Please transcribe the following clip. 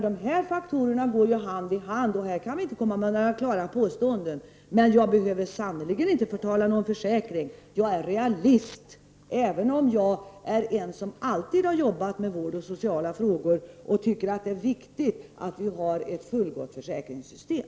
Dessa faktorer går hand i hand, och i detta sammanhang kan vi inte komma med några klara påståenden. Men jag behöver sannerligen inte förtala någon försäkring. Jag är realist, även om jag alltid har jobbat med vård och sociala frågor och tycker att det är viktigt att vi har ett fullgott försäkringssystem.